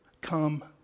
come